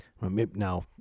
now